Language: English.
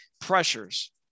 pressures